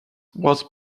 was